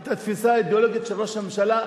את התפיסה האידיאולוגית של ראש הממשלה,